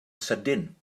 sydyn